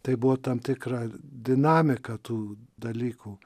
tai buvo tam tikra dinamika tų dalykų